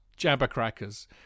Jabbercrackers